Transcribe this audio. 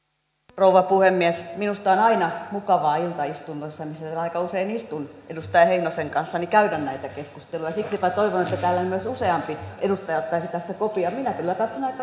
rouva puhemies minusta on aina mukavaa iltaistunnoissa missä aika usein istun edustaja heinosen kanssa käydä näitä keskusteluja siksi minä toivon että tästä myös useampi edustaja ottaisi tästä kopin minä kyllä katson aika